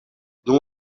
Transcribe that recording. dum